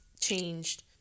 changed